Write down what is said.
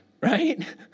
Right